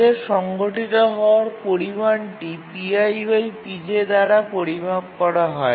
তাদের সংঘটিত হওয়ার পরিমাণটি দ্বারা পরিমাপ করা হয়